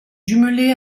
jumelée